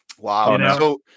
Wow